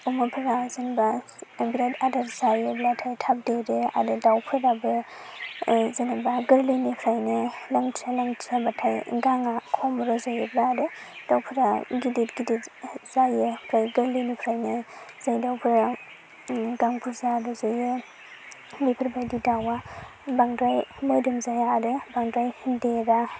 अमाफोरा जेनबा बिराद आदार जायोब्लाथाइ थाब देरो आरो दावफोराबो जेनबा गोरलैनिफ्रायनो लांथिया लांथियाबो थायो गांआ खम रज'योब्ला आरो दावफोरा गिदिर गिदिर जायो आमफ्राय गोरलैनिफ्रायनो जाय दावफोरा गां बुरजा रज'यो बेफोरबायदि दावआ बांद्राय मोदोम जाया आरो बांद्राय देरा